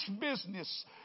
business